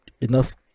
enough